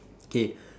K